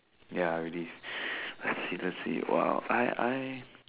ya relive let's see let's see !wow! I I